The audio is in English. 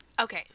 Okay